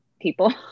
people